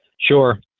Sure